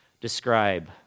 describe